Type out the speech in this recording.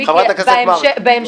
חברת הכנסת מארק.